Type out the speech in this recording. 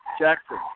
Jackson